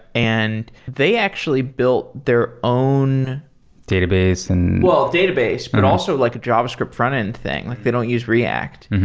and they actually built their own database and well, database, but also like javascript frontend thing. like they don't use react,